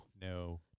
No